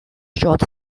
short